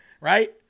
right